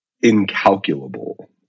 incalculable